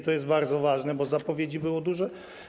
To jest bardzo ważne, bo zapowiedzi było dużo.